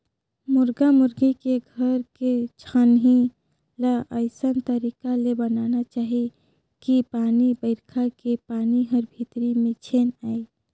मुरगा मुरगी के घर के छानही ल अइसन तरीका ले बनाना चाही कि पानी बइरखा के पानी हर भीतरी में झेन आये